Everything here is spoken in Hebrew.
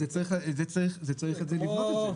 אז צריך לבנות את זה,